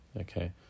okay